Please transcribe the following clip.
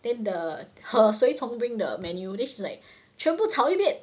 then the her 随从 bring the menu then she's like 全部炒一遍